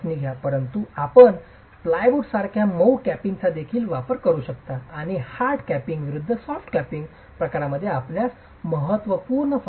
परंतु आपण प्लायवुड सारख्या मऊ कॅपिंगचा देखील वापर करू शकता आणि हार्ड कॅपिंग विरूद्ध सॉफ्ट कॅपिंगच्या वापरामध्ये आपणास महत्त्वपूर्ण फरक दिसला